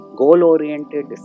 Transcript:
goal-oriented